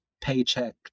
paycheck